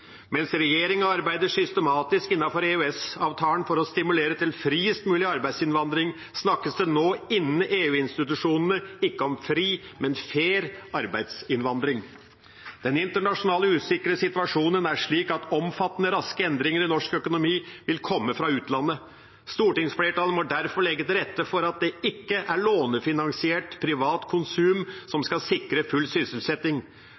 Mens regjeringa arbeider systematisk innenfor EØS-avtalen for å stimulere til friest mulig arbeidsinnvandring, snakkes det nå innen EU-institusjonene ikke om fri, men fair arbeidsinnvandring. Den internasjonale usikre situasjonen er slik at omfattende raske endringer i norsk økonomi vil komme fra utlandet. Stortingsflertallet må derfor legge til rette for at det ikke er lånefinansiert privat konsum som skal sikre full sysselsetting.